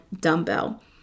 dumbbell